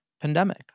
pandemic